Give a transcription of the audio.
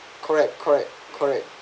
correct correct correct